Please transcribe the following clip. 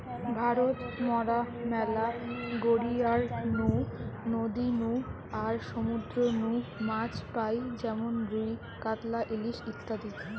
ভারত মরা ম্যালা গড়িয়ার নু, নদী নু আর সমুদ্র নু মাছ পাই যেমন রুই, কাতলা, ইলিশ ইত্যাদি